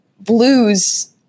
blues